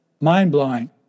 mind-blowing